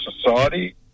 society